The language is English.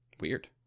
Weird